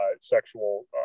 sexual